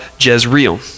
Jezreel